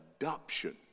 adoption